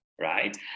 Right